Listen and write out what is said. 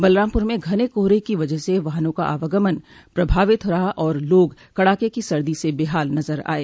बलरामपुर में घने कोहरे की वजह से वाहनों का आवागमन प्रभावित रहा और लोग कड़ाके की सर्दी से बेहाल नजर आये